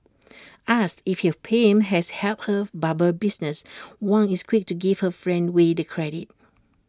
asked if her fame has helped her barber business Wang is quick to give her friend way the credit